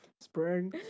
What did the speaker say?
spring